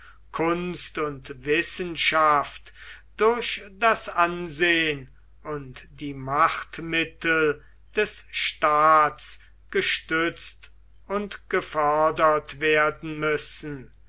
kunst und wissenschaft durch das ansehen und die machtmittel des staats gestützt und gefördert werden müssen